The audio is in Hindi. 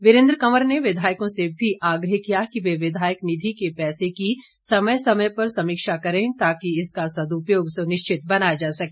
वीरेंद्र कवर ने विधायकों से भी आग्रह किया कि वे विधायक निधि के पैसे की समय समय पर समीक्षा करें ताकि इसका सद्पयोग सुनिश्चित बनाया जा सके